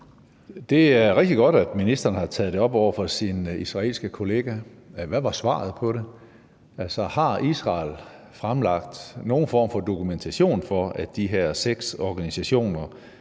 Det er rigtig godt, at ministeren har taget det op over for sin israelske kollega. Hvad var svaret på det? Altså, har Israel fremlagt nogen form for dokumentation for, at de her seks organisationer